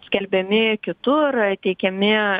skelbiami kitur teikiami